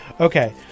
Okay